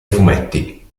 fumetti